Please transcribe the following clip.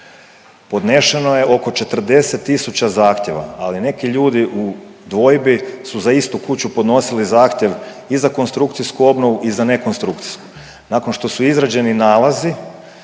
podnešeno je oko 40 tisuća zahtjeva, ali neki ljudi u dvojbi su za istu kuću podnosili zahtjev i za konstrukcijsku obnovu i za ne konstrukcijsku. Nakon što su izrađeni nalazi,